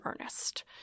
earnest